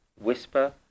whisper